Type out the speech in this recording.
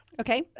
Okay